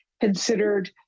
considered